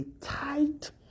tight